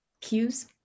cues